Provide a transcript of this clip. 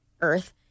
earth